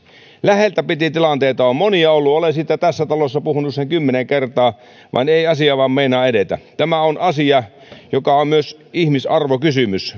läheltä piti tilanteita on monia ollut olen siitä tässä talossa puhunut sen kymmenen kertaa vaan ei meinaa asia vaan edetä tämä on asia joka on myös ihmisarvokysymys